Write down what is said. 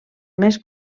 més